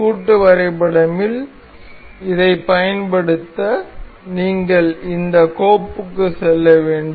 கூட்டு வரைபடமில் இதைப் பயன்படுத்த நீங்கள் இந்த கோப்புக்குச் செல்ல வேண்டும்